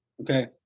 okay